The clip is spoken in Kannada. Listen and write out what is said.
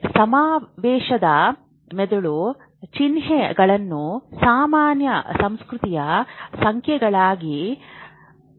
ಸಮಾವೇಶದ ಮೆದುಳು ಚಿಹ್ನೆಗಳನ್ನು ಸಾಮಾನ್ಯ ಸಂಸ್ಕೃತಿಯ ಸಂಕೇತಗಳಾಗಿ ನಿರ್ವಹಿಸುತ್ತದೆ